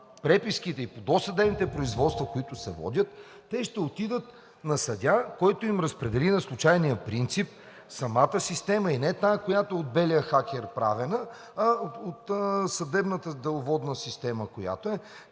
преписките и по досъдебните производства, те ще отидат на съдия, който им разпредели на случайния принцип самата система – и не е тази, която е от белия хакер правена, а от съдебната деловодна система, която е.